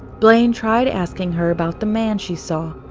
blaine tried asking her about the man she saw,